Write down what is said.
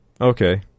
Okay